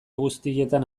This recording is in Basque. guztietan